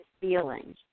feeling